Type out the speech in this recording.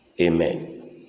Amen